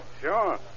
Sure